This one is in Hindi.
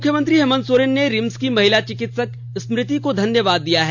मुख्यमंत्री हेमंत सोरेन ने रिम्स की महिला चिकित्सक स्मृति को धन्यवाद दिया है